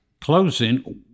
closing